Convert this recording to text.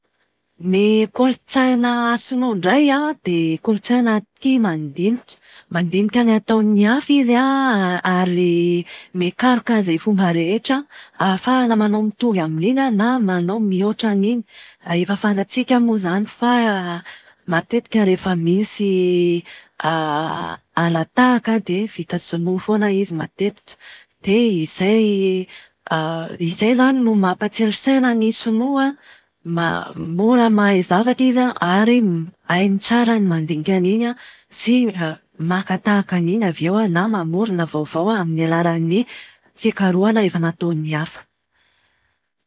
Ny kolotsaina sinoa indray an, dia kolotsaina tia mandinika. Mandinika ny ataon'ny hafa ary mikaroka izay fomba rehetra ahafahana manao mitovy amin'iny na manao mihoatra an'iny. Efa fantatsika moa izany fa matetika rehefa misy hala-tahaka dia matetika vita sinoa foana izy matetika. Dia izay izay izany no mampatsilo saina ny sinoa, ma- mora mahay zavatra izy an, ary hainy tsara ny mandika an'iny sy maka tahaka an'iny avy eo na mamorona vaovao amin'ny alalan'ny fikarohana efa nataon'ny hafa.